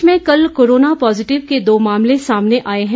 प्रदेश में कल corona positive के दो मामले सामने आये है